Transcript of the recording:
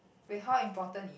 with how importantly